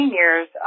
years